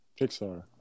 Pixar